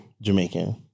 Jamaican